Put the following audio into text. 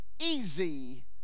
easy